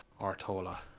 Artola